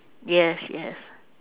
yes yes